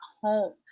home